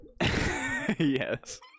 Yes